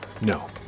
No